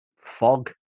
fog